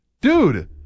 Dude